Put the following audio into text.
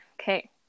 Okay